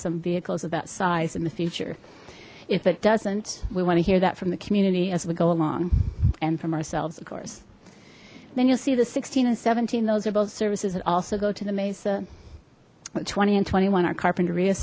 some vehicles of that size in the future if it doesn't we want to hear that from the community as we go along and from ourselves of course then you'll see the sixteen and seventeen those are both services that also go to the mesa with twenty and twenty one our carpinteria